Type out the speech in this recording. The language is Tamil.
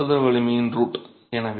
மோர்டார் கனசதுர வலிமையின் ரூட்